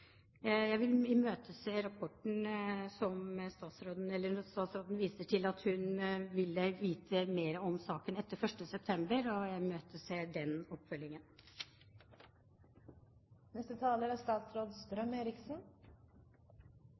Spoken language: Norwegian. Statsråden viste til at hun vil vite mer om saken etter 1. september, og jeg imøteser den oppfølgingen. Dette er